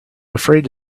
afraid